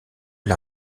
l’a